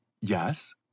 Yes